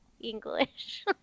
English